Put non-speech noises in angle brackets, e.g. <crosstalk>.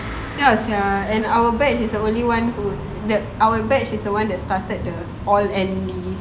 ya sia and our batch was the only one who no our batch is the one that started the <noise>